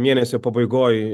mėnesio pabaigoj